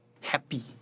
happy